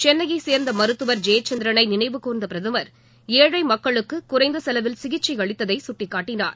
சென்னையைச் சேர்ந்த மருத்துவர் ஜெயச்சந்திரனை நினைவு கூர்ந்த பிரதமர் ஏழை மக்களுக்கு குறைந்த செலவில் சிகிச்சை அளித்ததை சுட்டிக்காட்டினார்